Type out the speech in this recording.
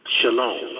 Shalom